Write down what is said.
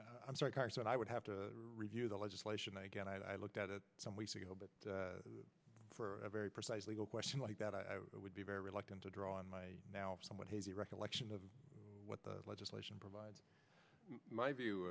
ally i'm sorry but i would have to review the legislation again i looked at it some weeks ago but for a very precise legal question like that i would be very reluctant to draw in my now somewhat hazy recollection of what the legislation provides my view